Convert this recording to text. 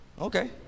Okay